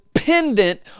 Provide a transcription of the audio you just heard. dependent